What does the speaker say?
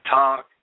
talk